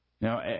Now